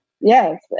Yes